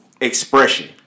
expression